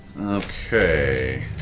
Okay